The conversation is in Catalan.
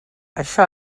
això